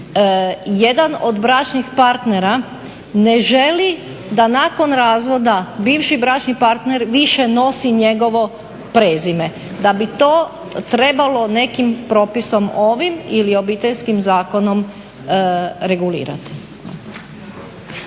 jedan od bračnih partnera ne želi da nakon razvoda bivši bračni partner više nosi njegovo prezime. Da bi to trebalo nekim propisom, ovim ili Obiteljskim zakonom, regulirati.